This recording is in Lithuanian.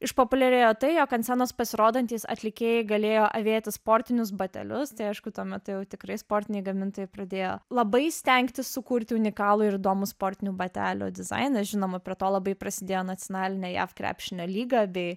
išpopuliarėjo tai jog ant scenos pasirodantys atlikėjai galėjo avėti sportinius batelius tai aišku tuo metu jau tikrai sportiniai gamintojai pradėjo labai stengtis sukurti unikalų ir įdomų sportinių batelių dizainą žinoma prie to labai prasidėjo nacionalinė jav krepšinio lyga bei